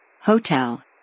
Hotel